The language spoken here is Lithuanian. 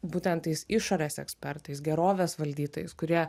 būtent tais išorės ekspertais gerovės valdytojais kurie